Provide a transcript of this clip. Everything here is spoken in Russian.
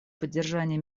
поддержания